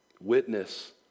witness